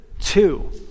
Two